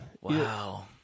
Wow